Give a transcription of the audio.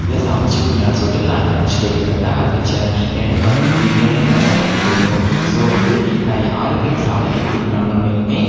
எதாவது சமைச்சு கொடுக்கலாம்னு சொல்லிட்டு நான் லன்ச்சு ரெடி பண்ண ஆரம்பிச்சேன் எனக்கு வந்து பிரியாணி நல்லா சமைக்க தெரியும் ஸோ வந்து நான் யாருக்கு சமைக்க குடிக்கனாலும் மேலுமே